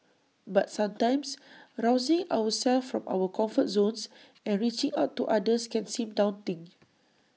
but sometimes rousing ourselves from our comfort zones and reaching out to others can seem daunting